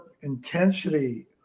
intensity